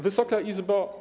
Wysoka Izbo!